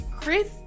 Chris